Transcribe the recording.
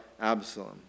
Absalom